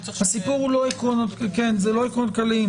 לא עקרונות כלליים.